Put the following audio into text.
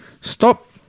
Stop